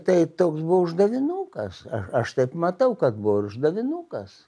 tai toks buvo uždavinukas aš aš taip matau kad buvo ir uždavinukas